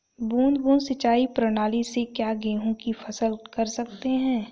बूंद बूंद सिंचाई प्रणाली से क्या गेहूँ की फसल कर सकते हैं?